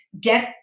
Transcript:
get